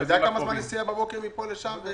אתה יודע כמה זמן נסיעה בבוקר מפה לשם?